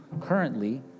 currently